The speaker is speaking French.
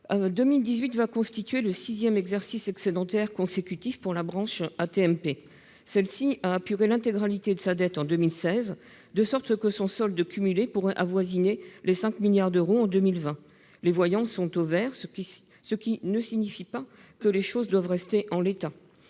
2018 va constituer le sixième exercice excédentaire consécutif pour la branche accidents du travail et maladies professionnelles, AT-MP. Celle-ci a apuré l'intégralité de sa dette en 2016, de sorte que son solde cumulé pourrait avoisiner les 5 milliards d'euros en 2020. Les voyants sont au vert, ce qui ne signifie pas que les choses doivent rester en l'état.